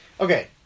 okay